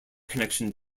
connection